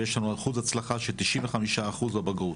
ויש לנו אחוז הצלחה של 95% בבגרות.